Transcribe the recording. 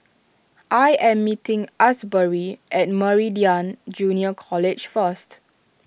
I am meeting Asbury at Meridian Junior College first